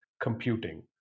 computing